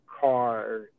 car